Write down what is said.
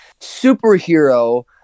superhero